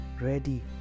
ready